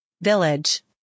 Village